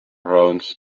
rounds